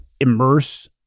immerse